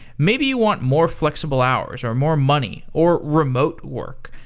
maybe you want more flexible hours or more money or remote work.